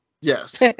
Yes